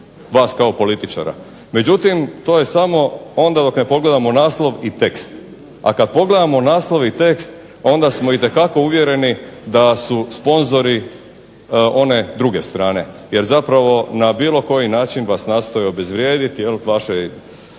vas kao političara. Međutim, to je samo onda dok ne pogledamo naslov i tekst, a kad pogledamo naslov i tekst onda smo itekako uvjereni da su sponzori one druge strane. Jer zapravo na bilo koji način vas nastoje obezvrijediti vaše,